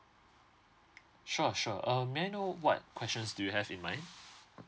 sure sure um may I know what questions do you have in mind